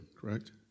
correct